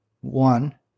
one